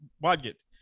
budget